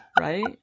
right